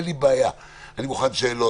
שאין בעיה ואני מוכן שתשאלו